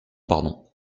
pardon